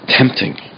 tempting